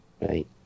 right